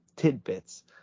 tidbits